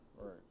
Right